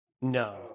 no